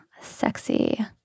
sexy